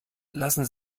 lassen